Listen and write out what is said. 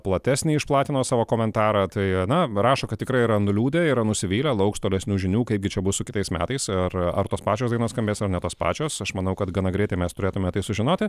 platesnį išplatino savo komentarą tai na rašo kad tikrai yra nuliūdę yra nusivylę lauks tolesnių žinių kaipgi čia bus su kitais metais ar ar tos pačios dainos skambės ar ne tos pačios aš manau kad gana greitai mes turėtume tai sužinoti